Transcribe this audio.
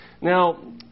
Now